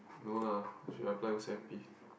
no lah should apply O_C_I_P